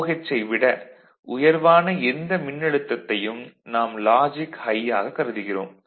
VOH ஐ விட உயர்வான எந்த மின்னழுத்தத்தையும் நாம் லாஜிக் ஹை ஆக கருதுகிறோம்